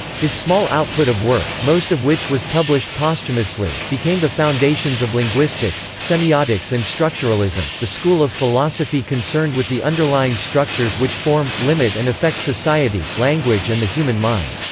his small output of work, most of which was published posthumously, became the foundations of linguistics, semiotics and structuralism, the school of philosophy concerned with the underlying structures which form, limit and affect society, language and the human mind.